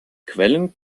quellen